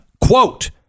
Quote